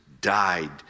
died